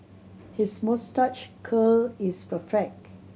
his moustache curl is perfect